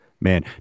man